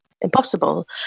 impossible